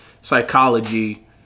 psychology